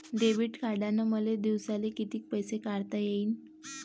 Debit कार्डनं मले दिवसाले कितीक पैसे काढता येईन?